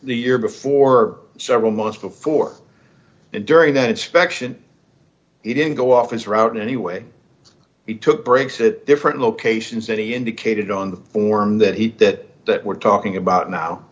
the year before several months before and during that inspection he didn't go off his route anyway he took breaks at different locations that he indicated on the form that he that that we're talking about now